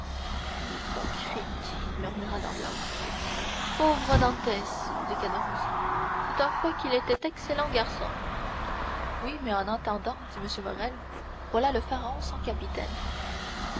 murmura danglars pauvre dantès dit caderousse c'est un fait qu'il était excellent garçon oui mais en attendant dit m morrel voilà le pharaon sans capitaine